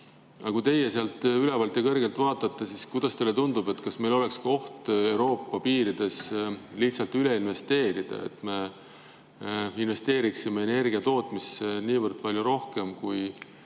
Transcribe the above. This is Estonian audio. Kui teie sealt ülevalt kõrgelt vaatate, siis kuidas teile tundub, kas meil oleks ka oht Euroopa piirides lihtsalt üle investeerida, nii et me investeeriksime energiatootmisse palju rohkem, kui